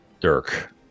Dirk